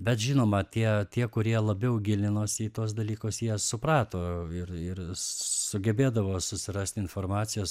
bet žinoma tie tie kurie labiau gilinosi į tuos dalykus jie suprato ir ir sugebėdavo susirast informacijos